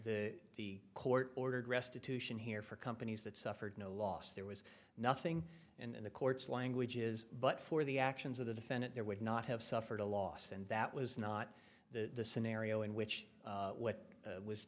the court ordered restitution here for companies that suffered no loss there was nothing in the court's languages but for the actions of the defendant there would not have suffered a loss and that was not the scenario in which what was